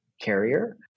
carrier